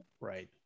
Right